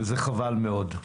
וזה חבל מאוד.